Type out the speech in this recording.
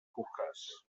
hookahs